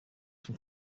from